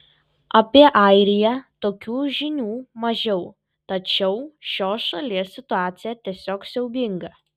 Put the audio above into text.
apie airiją tokių žinių mažiau tačiau šios šalies situacija tiesiog siaubinga